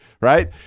right